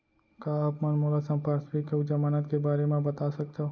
का आप मन मोला संपार्श्र्विक अऊ जमानत के बारे म बता सकथव?